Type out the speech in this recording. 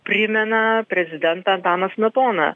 primena prezidentą antaną smetoną